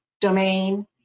domain